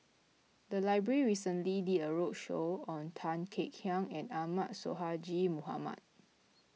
the library recently did a roadshow on Tan Kek Hiang and Ahmad Sonhadji Mohamad